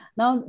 now